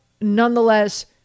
nonetheless